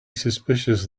suspicious